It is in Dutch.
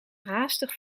haastig